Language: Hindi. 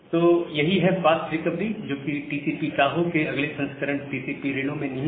तो यही है फास्ट रिकवरी जो कि टीसीपी टोहो के अगले संस्करण टीसीपी रेनो में निहित है